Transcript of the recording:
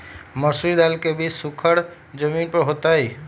मसूरी दाल के बीज सुखर जमीन पर होतई?